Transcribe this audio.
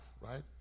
right